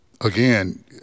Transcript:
again